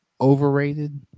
Overrated